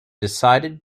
decided